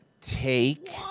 Take